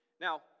Now